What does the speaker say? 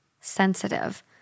sensitive